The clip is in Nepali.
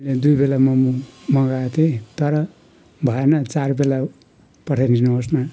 मैले दुई पेला मोमो मगाएको थिएँ तर भएन चार पेला पठाइदिनुहोस् न